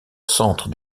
centre